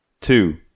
two